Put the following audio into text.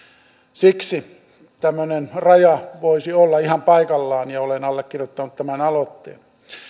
siksi tämmöinen raja voisi olla ihan paikallaan ja olen allekirjoittanut tämän aloitteen